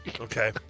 Okay